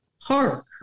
park